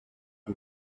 aux